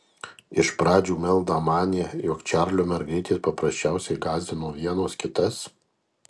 iš pradžių meldą manė jog čarliu mergaitės paprasčiausiai gąsdino vienos kitas